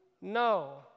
No